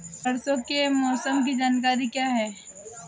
परसों के मौसम की जानकारी क्या है?